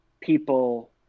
people